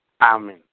Amen